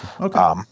Okay